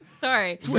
Sorry